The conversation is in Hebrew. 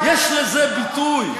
יש לזה ביטוי.